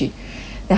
then 他就跟我讲